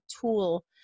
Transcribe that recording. tool